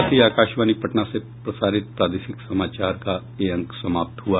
सके साथ ही आकाशवाणी पटना से प्रसारित प्रादेशिक समाचार का ये अंक समाप्त हुआ